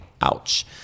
Ouch